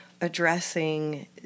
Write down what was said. addressing